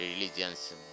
religions